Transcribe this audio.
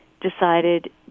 decided